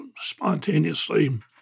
spontaneously